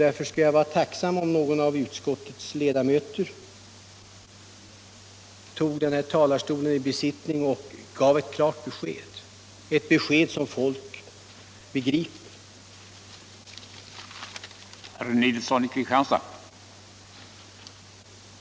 Därför skulle jag vara tacksam om någon av utskottets ledamöter tog talarstolen i besittning och gav ett klart besked, ett besked som folk begriper.